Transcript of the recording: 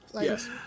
Yes